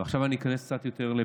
ועכשיו אני איכנס לפרטים.